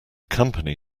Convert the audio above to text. company